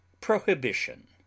Prohibition